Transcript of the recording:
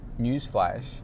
newsflash